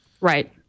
Right